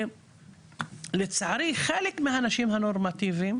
לצערי חלק מהאנשים הנורמטיביים